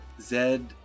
Zed